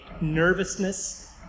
nervousness